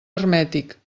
hermètic